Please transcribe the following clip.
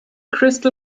crystal